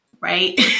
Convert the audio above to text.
right